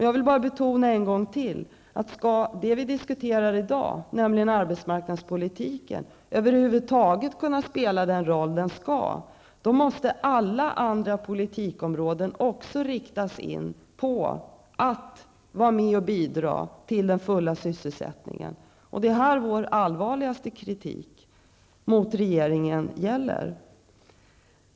Jag vill ännu en gång betona, att skall det vi i dag diskuterar, nämligen arbetsmarknadspolitiken, över huvud taget kunna spela den roll den skall, måste alla andra politikområden riktas in på att vara med och bidra till den fulla sysselsättningen. Det är det vår allvarliga kritik mot regeringen gäller.